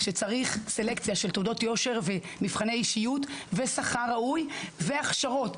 שצריך סלקציה של תעודות יושר ומבחני אישיות ושכר ראוי והכשרות,